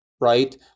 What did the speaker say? right